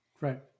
Right